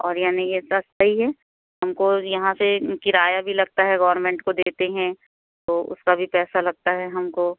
और यानि ये सस्ता ही है हमको यहाँ से किराया भी लगता है गौरमेंट को देते हैं तो उसका भी पैसा लगता है हमको